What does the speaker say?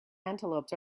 antelopes